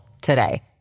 today